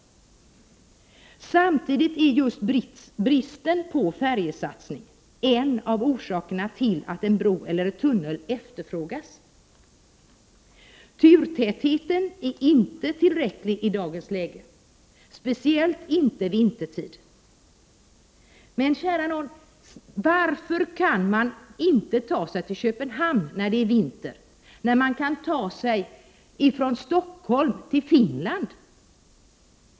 Samtidigt är just bristen på färjesatsning en av orsakerna till att en bro eller en tunnel efterfrågas. Turtätheten är i dagens läge inte tillräcklig, speciellt inte vintertid. Men, kära nån, varför kan man inte ta sig från Sverige till Köpenhamn när det är vinter, när man kan ta sig från Stockholm till Finland?